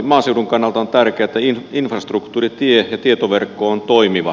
maaseudun kannalta on tärkeää että infrastruktuuri tie ja tietoverkko on toimiva